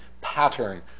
pattern